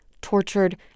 tortured